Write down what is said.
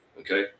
okay